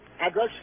Address